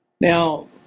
Now